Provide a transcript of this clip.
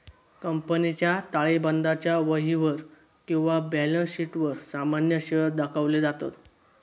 कंपनीच्या ताळेबंदाच्या वहीवर किंवा बॅलन्स शीटवर सामान्य शेअर्स दाखवले जातत